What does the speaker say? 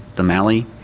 the mallee,